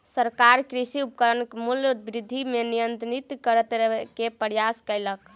सरकार कृषि उपकरणक मूल्य वृद्धि के नियंत्रित करै के प्रयास कयलक